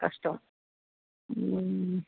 कष्टम्